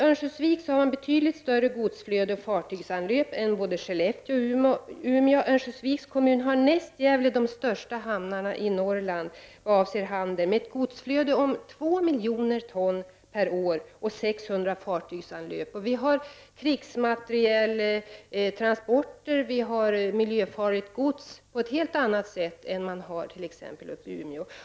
Örnsköldsvik har betydligt större godsflöde och farttygsanlöp än både Skellefteå och Umeå. Örnsköldsviks kommun har näst Gävle de största hamnarna i Norrland avseende handel med ett godsflöde om 2 miljoner ton per år och 600 fartygsanlöp. Man har krigsmaterieltransporter och transporter av miljöfarligt gods på ett helt annat sätt än vad man har i exempelvis Umeå.